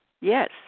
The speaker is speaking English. Yes